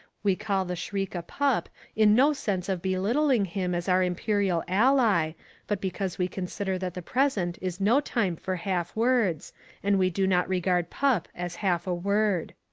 we call the shriek a pup in no sense of belittling him as our imperial ally but because we consider that the present is no time for half words and we do not regard pup as half a word.